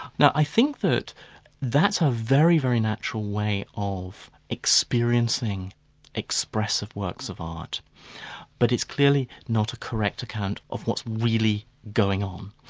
now i think that that's a very, very natural way of experiencing expressive works of art but it's clearly not a correct account of what's really going on.